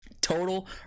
total